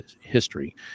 history